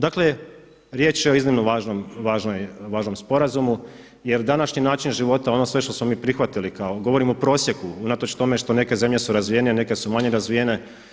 Dakle riječ je o iznimno važnom, važnom sporazum jer današnji način života, ono sve što smo mi prihvatili, govorim o prosjeku, unatoč tome što neke zemlje u razvijenije, neke su manje razvijene.